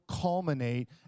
culminate